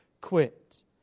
quit